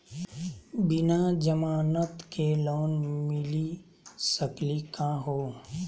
बिना जमानत के लोन मिली सकली का हो?